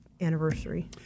anniversary